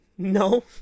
no